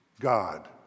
God